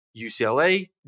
UCLA